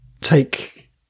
take